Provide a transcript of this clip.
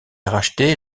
rachetée